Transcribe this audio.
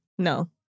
No